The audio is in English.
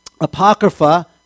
apocrypha